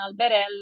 alberello